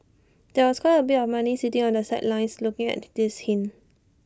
there was quite A bit of money sitting on the sidelines looking at the this hint